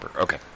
Okay